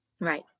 right